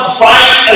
fight